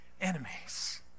enemies